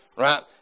right